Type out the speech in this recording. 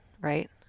right